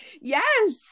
Yes